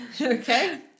Okay